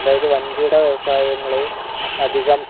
അതായത് വൻകിട വ്യവസായങ്ങളെ അധികം